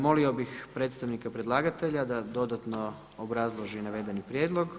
Molio bih predstavnika predlagatelja da dodatno obrazloži navedeni prijedlog.